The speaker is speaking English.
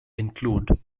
include